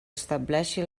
estableixi